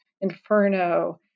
inferno